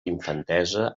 infantesa